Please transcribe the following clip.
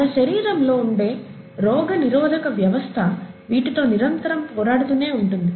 మన శరీరంలో ఉండే రోగనిరోధక వ్యవస్థ వీటితో నిరంతరం పోరాడుతూనే ఉంటుంది